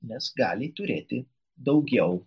nes gali turėti daugiau